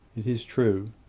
is true,